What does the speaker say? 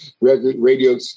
radio